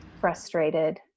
frustrated